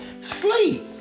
sleep